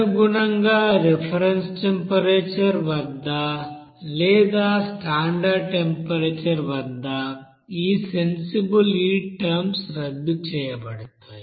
తదనుగుణంగా reference temperature వద్ద లేదా స్టాండర్డ్ టెంపరేచర్ వద్ద ఈ సెన్సిబుల్ హీట్ టర్మ్స్ రద్దు చేయబడతాయి